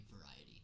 variety